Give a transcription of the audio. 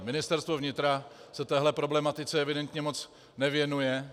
Ministerstvo vnitra se téhle problematice evidentně moc nevěnuje.